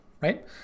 right